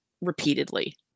repeatedly